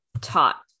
taught